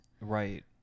right